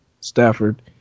Stafford